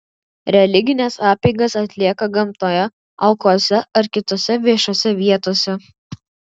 religines apeigas atlieka gamtoje alkuose ar kitose viešose vietose